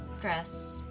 dress